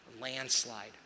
landslide